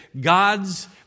God's